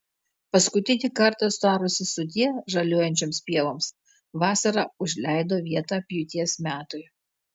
paskutinį kartą tarusi sudie žaliuojančioms pievoms vasara užleido vietą pjūties metui